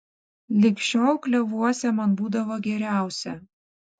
lig šiol klevuose man būdavo geriausia